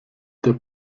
der